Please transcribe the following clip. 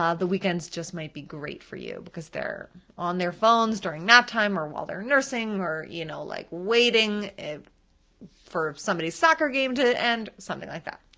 ah the weekends just might be great for you because they're on their phones during nap time or while they're nursing or you know like waiting for somebody's soccer game to end, something like that.